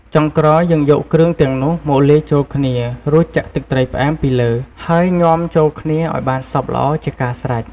ចុងក្រោយ យើងយកគ្រឿងទាំងនោះមកលាយចូលគ្នា រួចចាក់ទឹកត្រីផ្អែមពីលើ ហើយញាំចូលគ្នាឱ្យបានសព្វល្អជាការស្រេច។